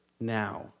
now